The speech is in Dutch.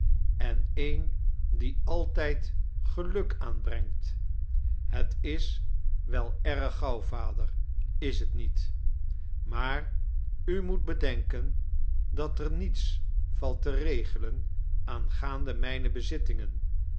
en een die altijd geluk aanbrengt het is wel erg gauw vader is t niet maar u moet bedenken dat er niets valt te regelen aangaande mijne bezittingen